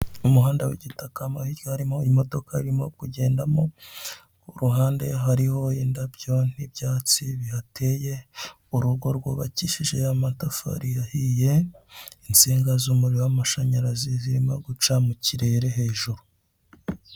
Umuhanda w'igitaka mo hirya harimo imodoka irimo kugendamo, ku ruhande hariho indabyo n'ibyatsi bihateye, urugo rwubakishije y'amatafari ahiye, insinga z'umuriro w'amashanyarazi zirimo guca mu kirere hejuru.